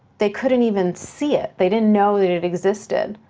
they couldn't even see it. they didn't know that it existed.